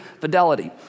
fidelity